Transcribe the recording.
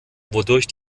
wodurch